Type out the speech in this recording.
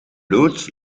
loods